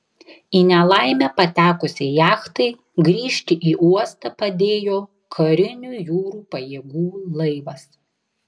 į nelaimę patekusiai jachtai grįžti į uostą padėjo karinių jūrų pajėgų laivas